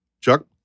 Chuck